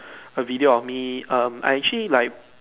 a video of me I actually like